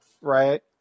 Right